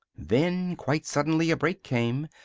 then, quite suddenly, a break came.